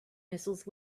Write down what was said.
missiles